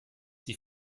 die